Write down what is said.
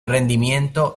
rendimiento